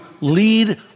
lead